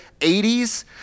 80s